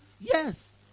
yes